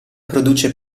produce